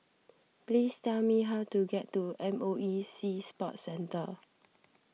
please tell me how to get to M O E Sea Sports Centre